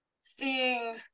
Seeing